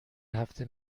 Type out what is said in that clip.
هفته